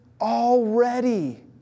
already